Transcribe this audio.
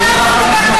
תן לו לעלות,